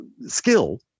skill